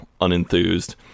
unenthused